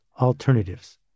alternatives